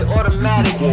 Automatic